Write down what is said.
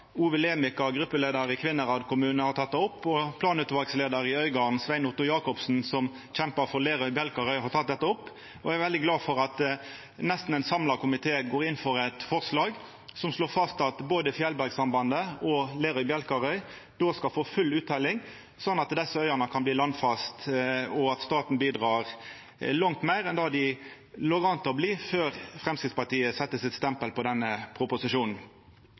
Ove Lemicka, vår gruppeleiar i Kvinnherad kommune, har teke det opp, og planutvalsleiar i Øygarden, Svein Otto Jacobsen, som kjempar for Lerøy–Bjelkarøy, har teke det opp. Eg er veldig glad for at nesten ein samla komité går inn for eit forslag som slår fast at både Fjelbergsambandet og Lerøy–Bjelkarøy skal få full utteljing, slik at desse øyene kan bli landfaste, og at staten bidreg langt meir enn det det låg an til før Framstegspartiet sette stempelet sitt på denne proposisjonen.